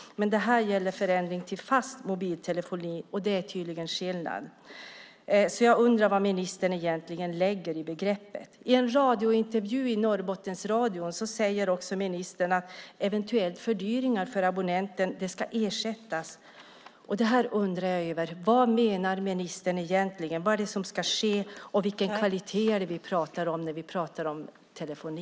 Men detta gäller alltså förändringen till fast mobiltelefoni, och det är tydligen skillnad. Jag undrar vad ministern egentligen lägger in i begreppet. I en intervju i Norrbottensradion säger ministern att eventuella fördyringar för abonnenten ska ersättas. Jag undrar över det. Vad menar ministern egentligen? Vad är det som ska ske? Och vilken kvalitet är det vi pratar om när vi pratar om telefoni?